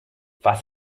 was